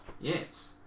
Yes